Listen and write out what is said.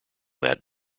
that